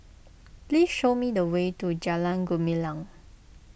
please show me the way to Jalan Gumilang